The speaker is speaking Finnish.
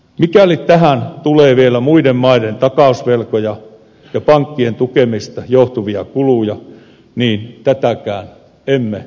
mikäli tähän tulee vielä muiden maiden takausvelkoja ja pankkien tukemisesta johtuvia kuluja niin tätäkään emme voi hyväksyä